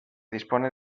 dispone